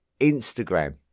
Instagram